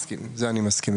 מסכים, זה אני מסכים.